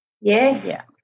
Yes